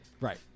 right